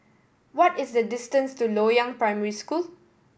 what is the distance to Loyang Primary School